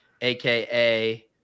AKA